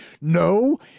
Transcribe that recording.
no